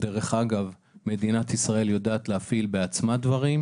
אגב, מדינת ישראל יודעת להפעיל בעצמה דברים.